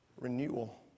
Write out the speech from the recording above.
renewal